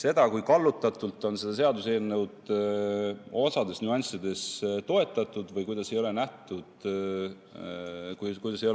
Seda, kui kallutatult seda seaduseelnõu on osas nüanssides toetatud või kuidas ei ole